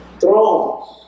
Thrones